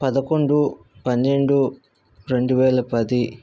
పదకొండు పన్నెండు రెండువేల పది